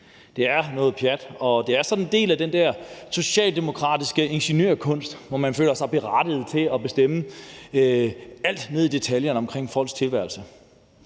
Det er noget pjat, og det er sådan en del af den der socialdemokratiske ingeniørkunst, hvor man føler sig berettiget til at bestemme alt ned i detaljen omkring folks tilværelse.